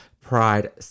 pride